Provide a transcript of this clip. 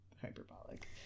hyperbolic